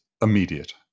immediate